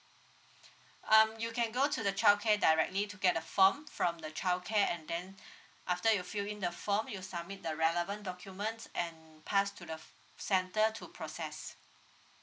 um you can go to the childcare directly to get the form from the childcare and then after you fill in the form you submit the relevant documents and pass to the centre to process